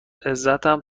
عزتم